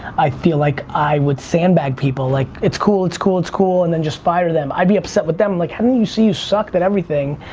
i feel like i would sandbag people, like it's cool it's cool, it's cool, and then just fire them. i'd be upset with them, like how didn't you see you sucked at everything,